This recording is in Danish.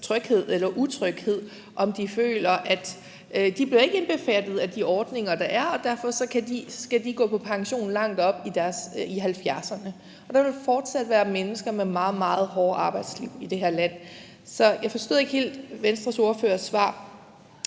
tryghed eller utryghed, hvis de føler, at de ikke bliver indbefattet af de ordninger, der er, og derfor skal de gå på pension langt op i 70'erne. Der vil fortsat være mennesker med meget, meget hårde arbejdsliv i det her land, så jeg forstod ikke helt Venstres ordførers svar